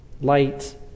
light